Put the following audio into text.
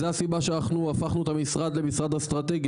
זו הסיבה שאנחנו הפכנו את המשרד למשרד אסטרטגי,